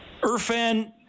Irfan